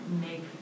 Make